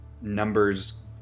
numbers